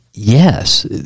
Yes